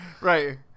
Right